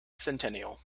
centennial